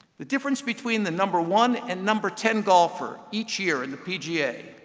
the difference between the number one and number ten golfer each year in the pga,